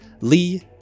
Lee